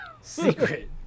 Secret